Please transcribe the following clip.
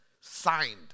signed